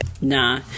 Nah